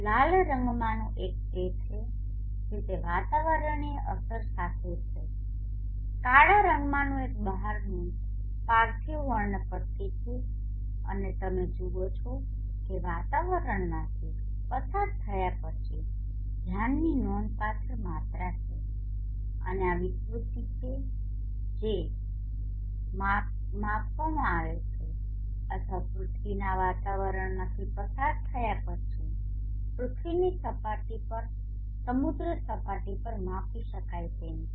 લાલ રંગમાંનું એક તે છે જે તે વાતાવરણીય અસર સાથે છે કાળા રંગમાંનું એક બહારનું પાર્થિવ વર્ણપટ્ટી છે અને તમે જુઓ છો કે વાતાવરણમાંથી પસાર થયા પછી ધ્યાનની નોંધપાત્ર માત્રામાં છે અને આ વિકૃતિ છે જે માપવામાં આવે છે અથવા પૃથ્વીના વાતાવરણમાંથી પસાર થયા પછી પૃથ્વીની સપાટી પર સમુદ્ર સપાટી પર માપી શકાય તેવું છે